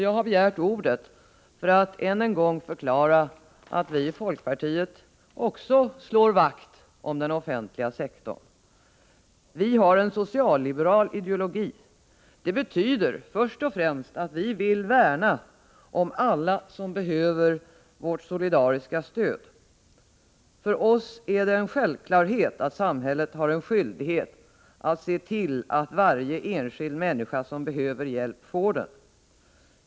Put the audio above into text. Jag har begärt ordet för att än en gång förklara att också vi i folkpartiet slår vakt om den offentliga sektorn. Vi har en social-liberal ideologi. Det betyder först och främst att vi vill värna om alla som behöver vårt solidariska stöd. För oss är det en självklarhet att samhället har en skyldighet att se till att varje enskild människa som behöver hjälp får den.